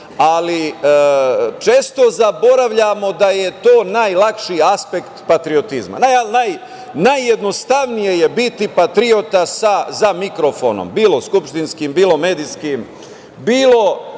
ali često zaboravljamo da je to najlakši aspekt patriotizma. Najjednostavnije je biti patriota za mikrofonom, bilo skupštinskim, bilo medijskim, bilo